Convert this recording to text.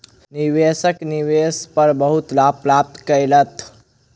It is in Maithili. निवेशक निवेश पर बहुत लाभ प्राप्त केलैथ